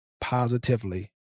positively